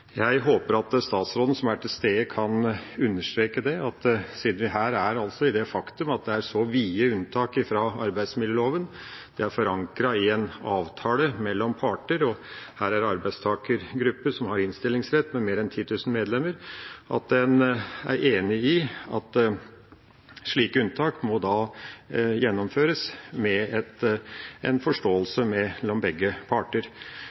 Jeg håper at statsråden, som er til stede, kan understreke at siden vi her har så vide unntak fra arbeidsmiljøloven – de er forankret i en avtale mellom parter, her en arbeidstakergruppe som har innstillingsrett, med mer enn 10 000 medlemmer – er en enig i at slike unntak må gjennomføres ut fra en forståelse mellom begge parter.